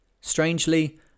Strangely